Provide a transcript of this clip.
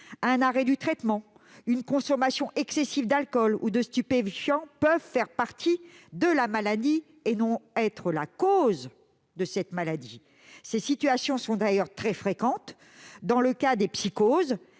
un arrêt du traitement, une consommation excessive d'alcool ou de stupéfiants peuvent faire partie de la maladie plutôt qu'en être la cause. Ces situations sont d'ailleurs très fréquentes dans le cas des psychoses